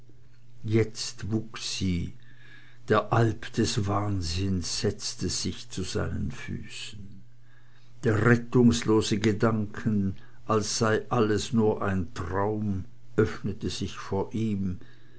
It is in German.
jetzt wuchs sie der alp des wahnsinns setzte sich zu seinen füßen der rettungslose gedanke als sei alles nur sein traum öffnete sich vor ihm